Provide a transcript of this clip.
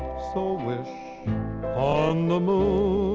so wish on the moon